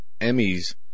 Emmys